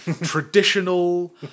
Traditional